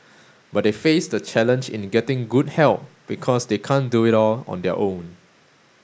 but they face the challenge in getting good help because they can't do it all on their own